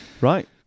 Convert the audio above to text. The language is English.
Right